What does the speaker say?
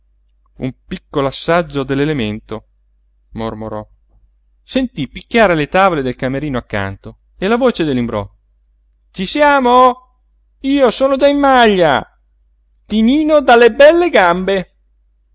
un piccolo assaggio dell'elemento mormorò sentí picchiare alle tavole del camerino accanto e la voce dell'imbrò ci siamo io sono già in maglia tinino dalle belle gambe